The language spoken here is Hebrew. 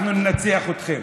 אנחנו ננצח אתכם,